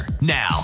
now